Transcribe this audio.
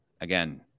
again